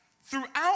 throughout